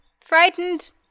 frightened